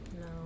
No